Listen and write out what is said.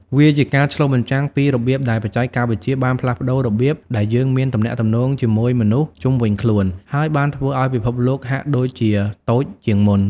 វាជាការឆ្លុះបញ្ចាំងពីរបៀបដែលបច្ចេកវិទ្យាបានផ្លាស់ប្តូររបៀបដែលយើងមានទំនាក់ទំនងជាមួយមនុស្សជុំវិញខ្លួន ហើយបានធ្វើឲ្យពិភពលោកហាក់ដូចជាតូចជាងមុន។